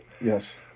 Yes